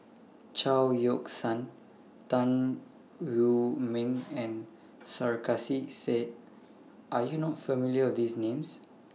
Chao Yoke San Tan Wu Meng and Sarkasi Said Are YOU not familiar with These Names